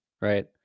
Right